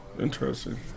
Interesting